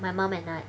my mom and I